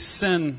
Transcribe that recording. sin